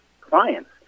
clients